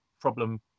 problem